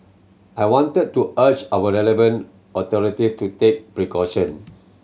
I wanted to urge our relevant authorities to take precaution